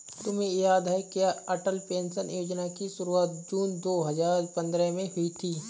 तुम्हें याद है क्या अटल पेंशन योजना की शुरुआत जून दो हजार पंद्रह में हुई थी?